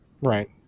Right